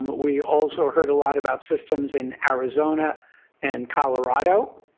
we also heard a lot about systems in arizona and colorado.